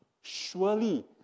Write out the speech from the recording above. Surely